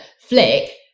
Flick